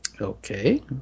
Okay